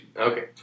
Okay